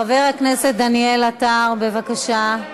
חבר הכנסת דניאל עטר, בבקשה.